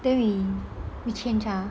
then we we change ah